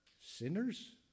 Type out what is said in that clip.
sinners